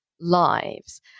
lives